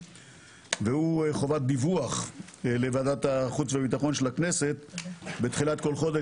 מדובר בחובת דיווח לוועדת החוץ והביטחון של הכנסת בתחילת כל חודש,